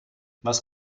was